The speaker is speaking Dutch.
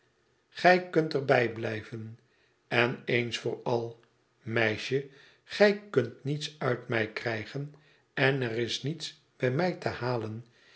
gij kunt er bij blijven en eens voor al meisje gij kunt niets uit mij krijgen en er is niets bij mij te halen